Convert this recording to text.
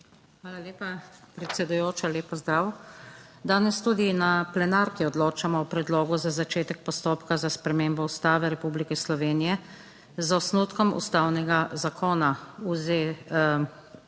Hvala lepa predsedujoča, lep pozdrav. Danes tudi na plenarki odločamo o predlogu za začetek postopka za spremembo Ustave Republike Slovenije z osnutkom ustavnega zakona